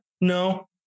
No